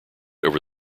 over